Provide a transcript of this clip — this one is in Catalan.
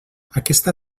aquesta